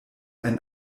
ein